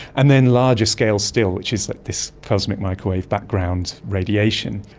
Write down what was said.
and then larger scales still, which is this cosmic microwave background radiation.